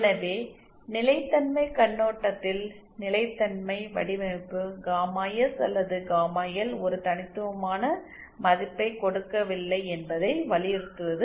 எனவே நிலைத்தன்மை கண்ணோட்டத்தில் நிலைத்தன்மை வடிவமைப்பு காமா எஸ் அல்லது காமா எல் ஒரு தனித்துவமான மதிப்பைக் கொடுக்கவில்லை என்பதை வலியுறுத்துவது